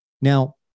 Now